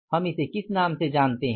हम इसे किस नाम से जानते हैं